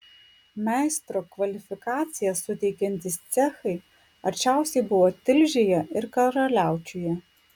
meistro kvalifikaciją suteikiantys cechai arčiausia buvo tilžėje ir karaliaučiuje